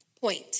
point